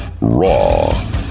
raw